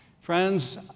Friends